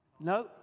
No